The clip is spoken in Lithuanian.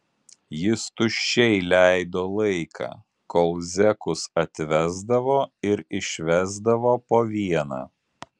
jis tuščiai leido laiką kol zekus atvesdavo ir išvesdavo po vieną